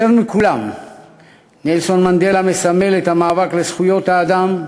יותר מכולם נלסון מנדלה מסמל את המאבק לזכויות האדם,